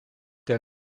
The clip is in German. der